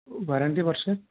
warranty ବର୍ଷେ